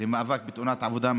למאבק בתאונות עבודה.